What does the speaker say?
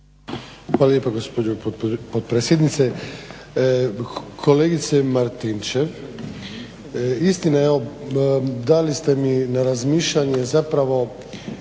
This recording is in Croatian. Hvala lijepa gospođo potpredsjednice. Kolegice Martinčev, istina je, evo dali ste mi na razmišljanje zapravo